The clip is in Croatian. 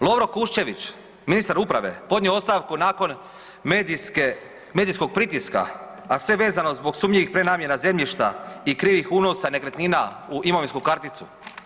Lovro Kuščević ministar uprave je podnio ostavku nakon medijskog pritiska, a sve vezano zbog sumnjivih prenamjena zemljišta i krivih unosa nekretnina u imovinsku karticu.